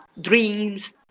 dreams